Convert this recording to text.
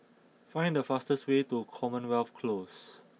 find the fastest way to Commonwealth Close